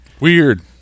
Weird